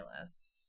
list